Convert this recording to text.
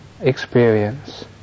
experience